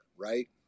right